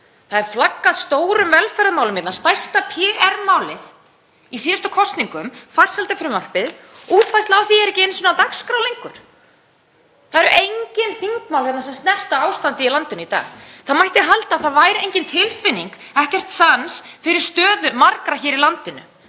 er flaggað hérna, stærsta PR-málið í síðustu kosningum, farsældarfrumvarpið, útfærsla á því er ekki einu sinni á dagskrá lengur. Það eru engin þingmál sem snerta ástandið í landinu í dag. Það mætti halda að það væri engin tilfinning, ekkert sans, fyrir stöðu margra hér í landinu,